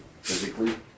physically